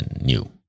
new